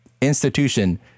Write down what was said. institution